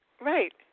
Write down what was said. Right